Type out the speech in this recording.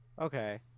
okay